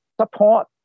support